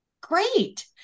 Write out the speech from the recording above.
great